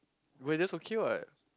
but that's okay what